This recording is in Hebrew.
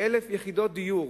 1,000 יחידות דיור